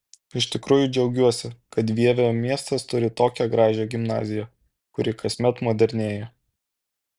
iš tikrųjų džiaugiuosi kad vievio miestas turi tokią gražią gimnaziją kuri kasmet modernėja